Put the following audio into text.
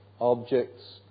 objects